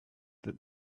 that